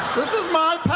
this is my